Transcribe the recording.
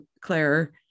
Claire